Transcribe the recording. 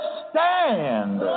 stand